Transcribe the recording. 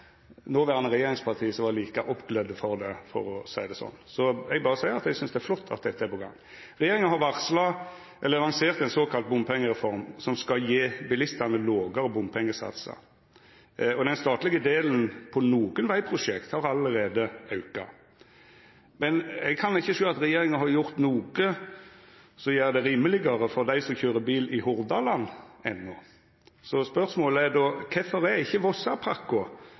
noverande regjeringsparti som var like oppglødde for det, for å seia det sånn. Eg seier berre at eg synest det er flott at dette er på gang. Regjeringa har lansert ein såkalla bompengereform som skal gje bilistane lågare bompengesatsar, og den statlege delen på nokre vegprosjekt har allereie auka. Men eg kan ikkje sjå at regjeringa har gjort noko som gjer det rimelegare for dei som køyrer bil i Hordaland enno. Spørsmålet er då: Kvifor er ikkje Vossapakko